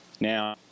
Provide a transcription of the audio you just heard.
Now